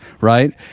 right